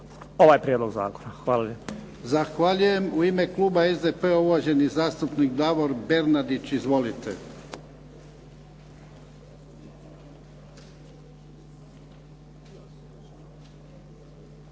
**Jarnjak, Ivan (HDZ)** Zahvaljujem. U ime kluba SDP-a uvaženi zastupnik Davor Bernardić. Izvolite.